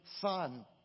son